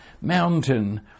mountain